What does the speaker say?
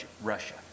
Russia